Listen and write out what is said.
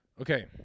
Okay